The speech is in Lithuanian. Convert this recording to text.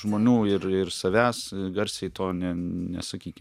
žmonių ir ir savęs garsiai to ne nesakykim